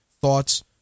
thoughts